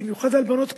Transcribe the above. ובמיוחד על בנות קטינות.